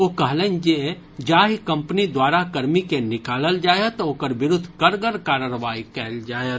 ओ कहलनि जे जाहि कम्पनी द्वारा कर्मी के निकालल जायत ओकर विरूद्ध कड़गर कार्रवाई कयल जायत